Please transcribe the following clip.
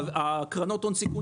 קרנות ההון סיכון